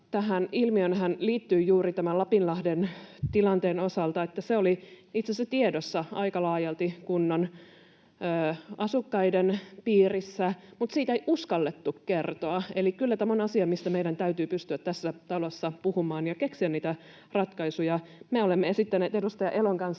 Tähän ilmiöönhän liittyi juuri tämän Lapinlahden tilanteen osalta, että se oli itse asiassa tiedossa aika laajalti kunnan asukkaiden piirissä mutta siitä ei uskallettu kertoa. Eli kyllä tämä on asia, mistä meidän täytyy pystyä tässä talossa puhumaan ja keksiä niitä ratkaisuja. Me olemme esittäneet edustaja Elon kanssa